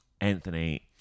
Anthony